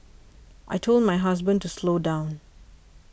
I told my husband to slow down